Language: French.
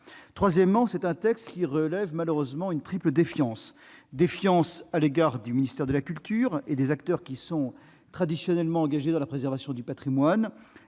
Troisièmement, ce texte révèle malheureusement une triple défiance : défiance à l'égard du ministère de la culture et des acteurs traditionnellement engagés dans la préservation du patrimoine